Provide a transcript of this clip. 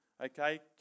okay